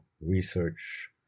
research